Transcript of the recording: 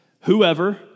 Whoever